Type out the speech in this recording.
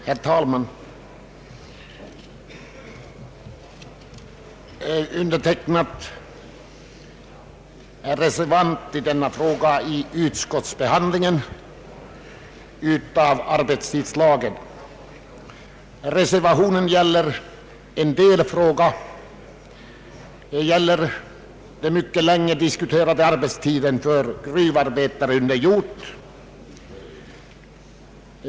Herr talman! Jag har varit med om att underteckna en reservation till detta utlåtande beträffande en allmän arbetstidslag. Reservationen gäller en delfråga, den mycket länge diskuterade arbetstiden för gruvarbetare under jord.